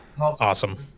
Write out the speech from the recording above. Awesome